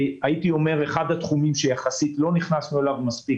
אחד התחומים שיחסית לא נכנסנו אליו מספיק